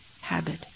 habit